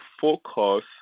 focus